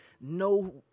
no